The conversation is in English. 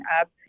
up